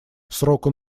сроку